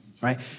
right